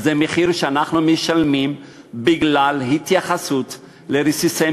וזה מחיר שאנחנו משלמים בגלל התייחסות לרסיסי